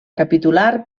capitular